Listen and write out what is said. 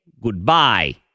goodbye